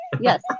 yes